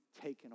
taken